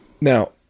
Now